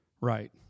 right